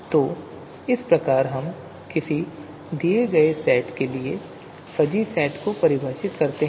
तो इस प्रकार हम किसी दिए गए सेट के लिए फ़ज़ी सेट को परिभाषित करते हैं